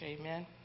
Amen